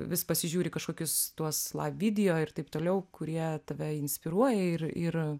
vis pasižiūri kažkokius tuos laiv video ir taip toliau kurie tave inspiruoja ir ir